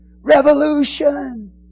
Revolution